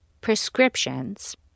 prescriptions